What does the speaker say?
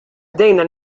bdejna